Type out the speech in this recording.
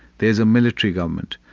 there's a military government,